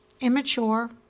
immature